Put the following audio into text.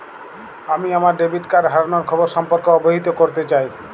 আমি আমার debit card হারানোর খবর সম্পর্কে অবহিত করতে চাই